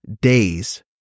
days